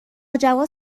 جواد